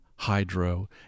hydro